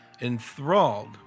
enthralled